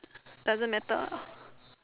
doesn't matter